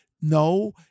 No